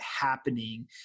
happening